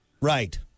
Right